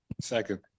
Second